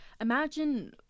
imagine